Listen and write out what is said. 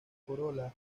corola